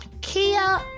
Kia